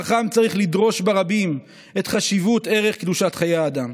החכם צריך לדרוש ברבים את חשיבות ערך קדושת חיי האדם.